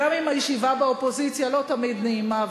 גם אם הישיבה באופוזיציה לא תמיד נעימה,